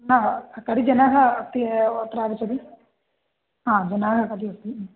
न कति जनाः अस्ति अत्र आगच्छति हा जनाः कति अस्ति